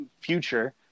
future